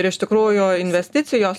ir iš tikrųjų investicijos